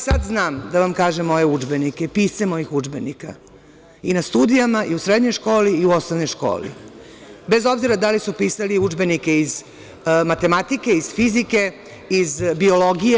Sad znam, da vam kažem, moje udžbenike, pisce mojih udžbenika i na studijama i u srednjoj školi i u osnovnoj školi, bez obzira da li su pisali udžbenike iz „Matematike“, „Fizike“, „Biologije“